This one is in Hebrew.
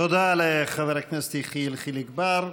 תודה לחבר הכנסת יחיאל חיליק בר.